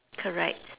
correct